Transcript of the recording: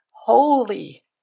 holy